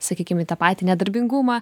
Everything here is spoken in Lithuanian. sakykim į tą patį nedarbingumą